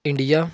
India